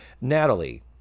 Natalie